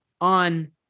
on